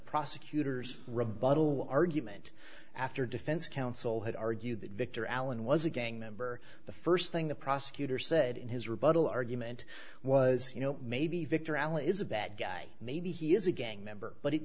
prosecutor's rebuttal argument after defense counsel had argued that victor allen was a gang member the first thing the prosecutor said in his rebuttal argument was you know maybe victor alley is a bad guy maybe he is a gang member but it